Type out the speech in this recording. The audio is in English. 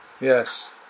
Yes